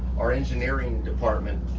our engineering department